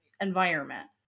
environment